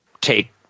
take